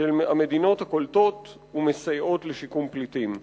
של המדינות הקולטות ומסייעות לשיקום פליטים.